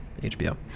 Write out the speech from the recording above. HBO